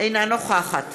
אינה נוכחת